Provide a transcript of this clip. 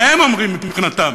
והם אומרים מבחינתם,